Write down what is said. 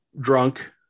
drunk